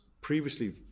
previously